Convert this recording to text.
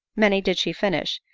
many did she finish,